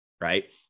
Right